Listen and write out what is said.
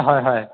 হয় হয়